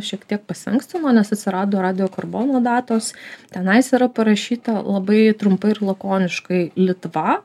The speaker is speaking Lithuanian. šiek tiek pasiankstino nes atsirado radiokarbono datos tenais yra parašyta labai trumpai ir lakoniškai litva